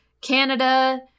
Canada